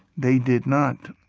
they did not,